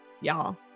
Y'all